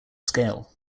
scale